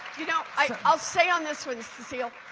you know, i will say on this one, cecille,